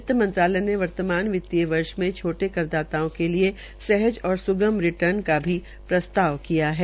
वित्त मंत्रालय ने वर्तमान वित्तीय वर्ष मे छोटे करदाताओं के लिये सहज और स्गम रिर्टन का भी प्रस्ताव किया है